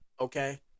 okay